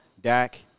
Dak